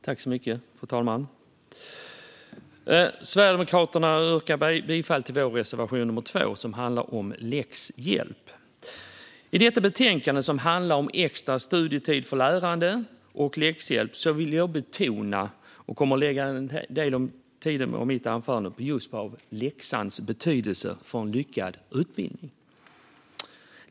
Fru talman! Sverigedemokraterna yrkar bifall till reservation nummer 2, som handlar om läxhjälp. Betänkandet handlar om extra studietid för lärande och läxhjälp, och där vill jag betona läxans betydelse för en lyckad utbildning, som jag kommer att ägna en del av min anförandetid åt.